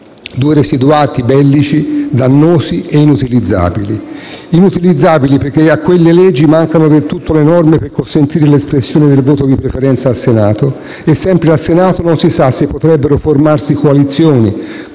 Due residuati bellici dannosi e inutilizzabili. Inutilizzabili, perché a quelle leggi mancano del tutto le norme per consentire l'espressione del voto di preferenza al Senato e, sempre al Senato, non si sa se potrebbero formarsi coalizioni